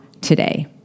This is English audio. today